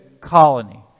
Colony